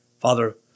Father